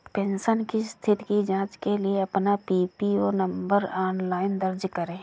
pension की स्थिति की जांच के लिए अपना पीपीओ नंबर ऑनलाइन दर्ज करें